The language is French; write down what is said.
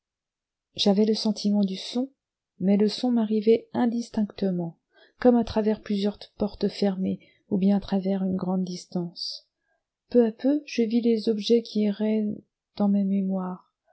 j'avais le sentiment du son mais le son m'arrivait indistinctement comme à travers plusieurs portes fermées ou bien à travers une grande distance peu à peu je vis les objets qui erraient dans ma mémoire